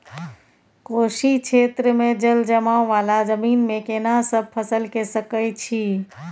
कोशी क्षेत्र मे जलजमाव वाला जमीन मे केना सब फसल के सकय छी?